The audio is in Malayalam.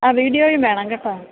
ആ വീഡിയോയും വേണം കേട്ടോ